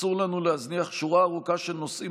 אסור לנו להזניח שורה ארוכה של נושאים